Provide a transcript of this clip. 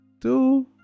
two